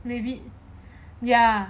maybe ya